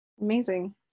Amazing